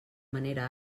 manera